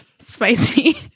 Spicy